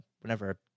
whenever